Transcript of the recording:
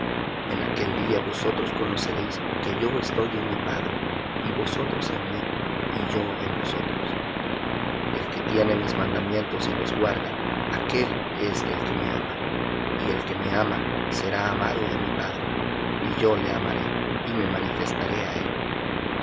en aquel día vosotros conoceréis que yo estoy en mi padre y vosotros en mí y yo en vosotros el que tiene mis mandamientos y los guarda aquél es el que me ama y el que me ama será amado de mi padre y yo le amaré y me manifestaré á él